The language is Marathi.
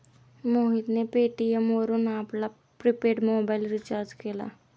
मोहितने पेटीएम वरून आपला प्रिपेड मोबाइल रिचार्ज केला